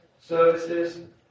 services